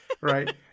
right